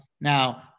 now